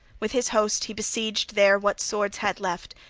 with his host he besieged there what swords had left,